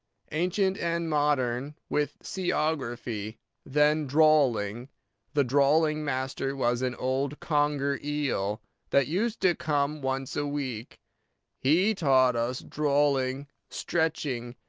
ancient and modern, with seaography then drawling the drawling-master was an old conger-eel, that used to come once a week he taught us drawling, stretching,